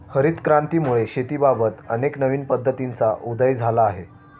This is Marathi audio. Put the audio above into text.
हरित क्रांतीमुळे शेतीबाबत अनेक नवीन पद्धतींचा उदय झाला आहे